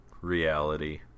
reality